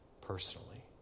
personally